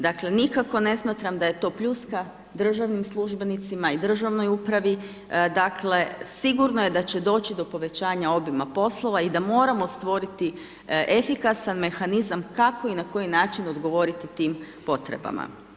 Dakle nikako ne smatram da je to pljuska državnim službenicima i državnoj upravi, dakle sigurno je da će doći do povećanja obima poslova i da moramo stvoriti efikasan mehanizam kako i na koji način odgovoriti tim potrebama.